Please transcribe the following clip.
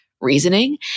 reasoning